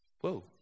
Whoa